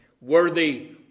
worthy